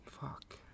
Fuck